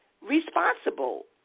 responsible